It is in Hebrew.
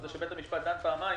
על זה שבית-המשפט דן פעמיים,